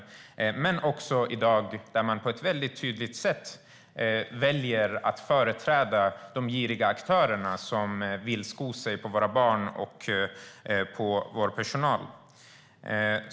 Även i dag väljer man att på ett väldigt tydligt sätt företräda de giriga aktörer som vill sko sig på våra barn och vår personal.